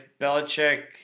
Belichick